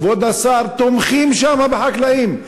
כבוד השר, תומכים שם בחקלאים,